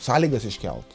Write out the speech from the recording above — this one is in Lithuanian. sąlygas iškelt